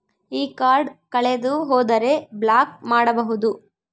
ಈ ಕಾರ್ಡ್ ಕಳೆದು ಹೋದರೆ ಬ್ಲಾಕ್ ಮಾಡಬಹುದು?